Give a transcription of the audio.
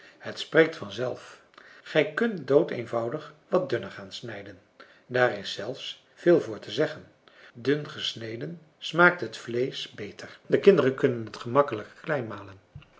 het spreekt vanzelf gij kunt doodeenvoudig wat dunner gaan snijden daar is zelfs veel vr te zeggen dungesneden smaakt het vleesch beter de kinderen kunnen het gemakkelijker klein malen